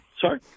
sorry